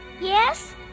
Yes